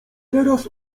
teraz